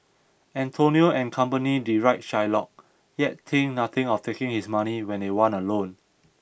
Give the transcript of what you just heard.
Antonio and company deride Shylock yet think nothing of taking his money when they want a loan